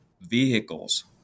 vehicles